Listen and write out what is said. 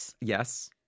Yes